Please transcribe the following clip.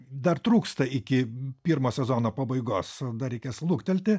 dar trūksta iki pirmo sezono pabaigos dar reikės luktelti